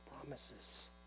promises